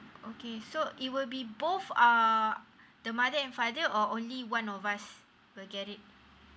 okay so it will be both err the mother and father or only one of us will get it